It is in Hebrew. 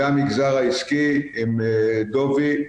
והמגזר העסקי עם דובי,